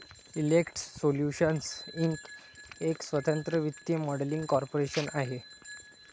Intex solutions Inc एक स्वतंत्र वित्तीय मॉडेलिंग कॉर्पोरेशन आहे